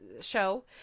show